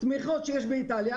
תמיכות שיש באיטליה,